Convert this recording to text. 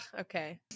Okay